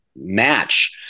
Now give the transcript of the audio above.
match